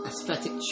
aesthetic